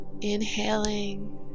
inhaling